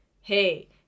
hey